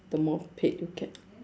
the more paid you get